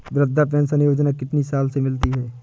वृद्धा पेंशन योजना कितनी साल से मिलती है?